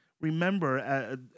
remember